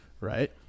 Right